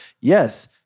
yes